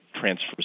transfers